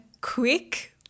quick